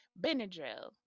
Benadryl